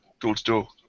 door-to-door